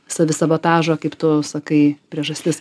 savi sabotažo kaip tu sakai priežastis